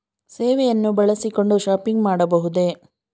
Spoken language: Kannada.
ಸೇವೆಯನ್ನು ಬಳಸಿಕೊಂಡು ಶಾಪಿಂಗ್ ಮಾಡಬಹುದೇ?